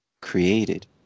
created